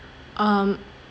um